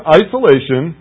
isolation